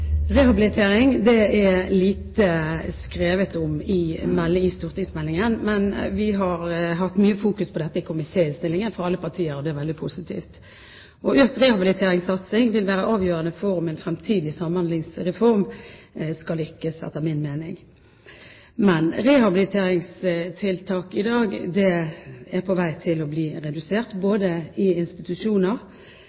rehabilitering i stortingsmeldingen, men alle partier har hatt mye fokus på dette i komitéinnstillingen, og det er veldig positivt. Økt rehabiliteringssatsing vil være avgjørende for om en fremtidig samhandlingsreform skal lykkes, etter min mening. Men rehabiliteringstiltak er i dag på vei til å bli redusert.